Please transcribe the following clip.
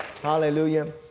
Hallelujah